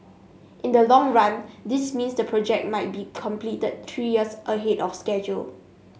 in the long run this means the project might be completed three years ahead of schedule